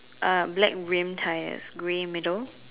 uh black rim tyres grey middle